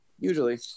usually